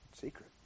secret